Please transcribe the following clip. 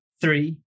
three